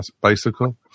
bicycle